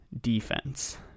defense